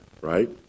right